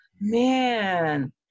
Man